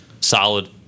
solid